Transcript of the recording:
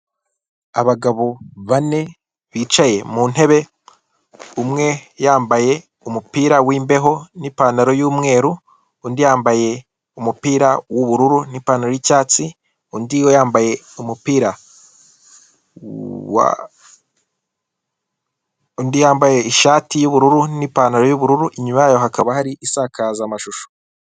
Abagabo bane bicaye mu ntebe umwe yambaye umupira w'imbeho n'ipantaro y'umweru, undi yambaye umupira w'ubururu n'ipantaro y'icyatsi, undi yambaye umupira wa undi yambaye ishati y'ubururu n'ipantaro y'ubururu, inyuma yayo hakaba hari isakaza mashusho.